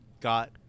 got